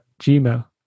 Gmail